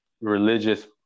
religious